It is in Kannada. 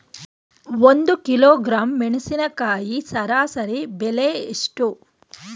ಒಂದು ಕಿಲೋಗ್ರಾಂ ಮೆಣಸಿನಕಾಯಿ ಸರಾಸರಿ ಬೆಲೆ ಎಷ್ಟು?